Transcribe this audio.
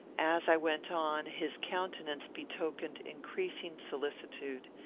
as i went on, his countenance betokened increasing solicitude.